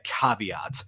caveat